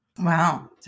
Wow